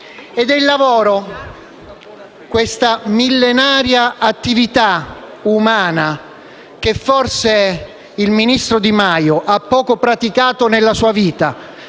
Ed è il lavoro, questa millenaria attività umana, che forse il ministro Di Maio ha poco praticato nella sua vita